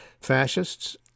fascists